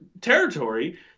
territory